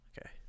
Okay